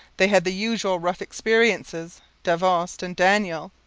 they had the usual rough experiences. davost and daniel,